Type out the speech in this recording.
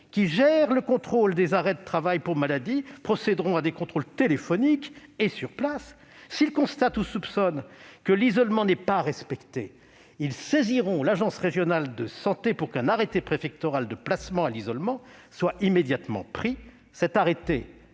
qui gèrent le contrôle des arrêts de travail pour maladie procéderont à des contrôles téléphoniques et sur place. S'ils constatent ou soupçonnent que l'isolement n'est pas respecté, ils saisiront l'agence régionale de santé pour qu'un arrêté préfectoral de placement à l'isolement soit immédiatement pris. Cet arrêté